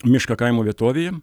mišką kaimo vietovėje